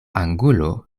angulo